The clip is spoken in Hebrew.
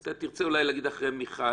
אתה תרצה אולי להגיד אחרי מיכל.